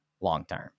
long-term